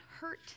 hurt